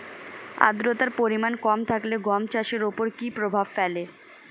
আদ্রতার পরিমাণ কম থাকলে গম চাষের ওপর কী প্রভাব ফেলে?